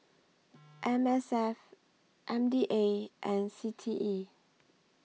M S F M D A and C T E